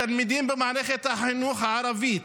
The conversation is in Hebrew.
בתלמידים במערכת החינוך הערבית,